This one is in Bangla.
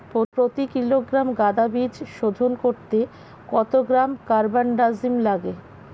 প্রতি কিলোগ্রাম গাঁদা বীজ শোধন করতে কত গ্রাম কারবানডাজিম লাগে?